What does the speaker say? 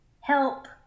help